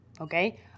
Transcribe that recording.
okay